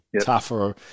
tougher